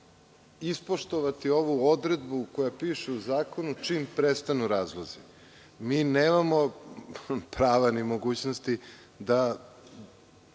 ispoštovati ovu odredbu koja piše u zakonu čim prestanu razlozi? Mi nemamo prava ni mogućnosti da